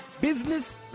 Business